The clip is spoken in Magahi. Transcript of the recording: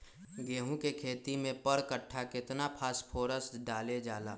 गेंहू के खेती में पर कट्ठा केतना फास्फोरस डाले जाला?